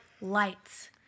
lights